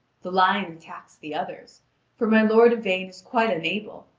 the lion attacks the others for my lord yvain is quite unable,